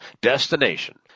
destination